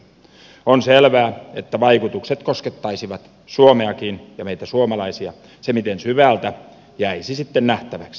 on selvää että vaikutukset koskettaisivat suomeakin ja meitä suomalaisia miten syvältä jäisi sitten nähtäväksi